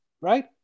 right